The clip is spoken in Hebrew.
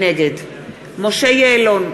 נגד משה יעלון,